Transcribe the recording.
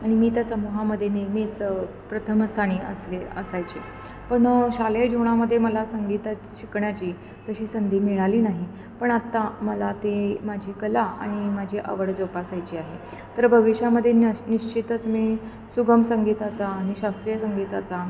आणि मी त्या समूहामध्ये नेहमीच प्रथम स्थानी असले असायचे पण शालेय जीवनामध्ये मला संगीतात शिकण्याची तशी संधी मिळाली नाही पण आत्ता मला ते माझी कला आणि माझी आवड जोपासायची आहे तर भविष्यामध्ये नश निश्चितच मी सुगम संगीताचा आणि शास्त्रीय संगीताचा